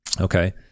Okay